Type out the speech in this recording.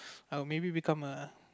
I will maybe become a